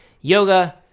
yoga